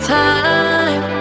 time